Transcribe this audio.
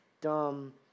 dumb